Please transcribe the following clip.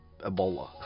Ebola